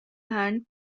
hand